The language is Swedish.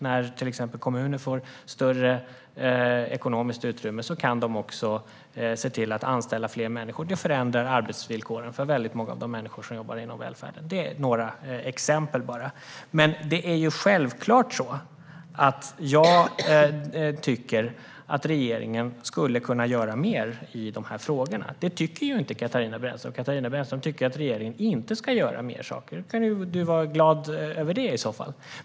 När till exempel kommuner får större ekonomiskt utrymme kan de anställa fler människor, och det förändrar arbetsvillkoren för många av de människor som jobbar inom välfärden. Det är bara några exempel. Självklart tycker jag dock att regeringen skulle kunna göra mer i de här frågorna. Det tycker inte Katarina Brännström. Hon tycker inte att regeringen ska göra mer och kan då vara glad över det som är.